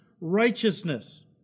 righteousness